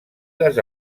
les